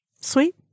Sweet